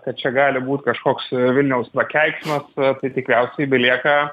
kad čia gali būt kažkoks vilniaus prakeiksmas tai tikriausiai belieka